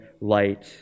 light